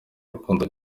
rukundo